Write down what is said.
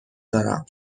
دارم